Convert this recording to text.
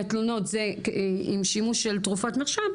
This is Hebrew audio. מהתלונות זה עם שימוש של תרופות מרשם,